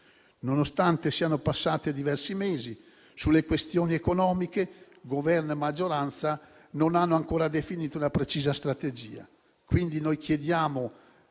Nonostante siano passati diversi mesi, sulle questioni economiche Governo e maggioranza non hanno ancora definito una precisa strategia.